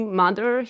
mother